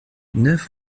neuf